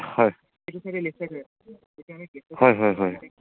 হয় হয় হয় হয়